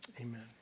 Amen